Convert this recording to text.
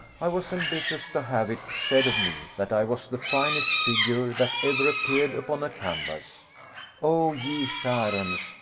i was ambitious to have it said of me, that i was the finest figure that ever appeared upon a canvass o, ye shireians,